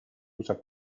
usa